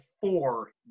four